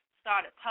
started